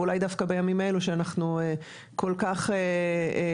ואולי דווקא בימים האלו שאנחנו כל כך עולים